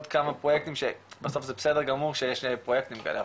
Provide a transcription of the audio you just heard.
כמה פרויקטים בסוף זה בסדר גמור שיש פרויקטים כאלה,